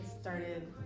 started